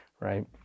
right